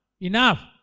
enough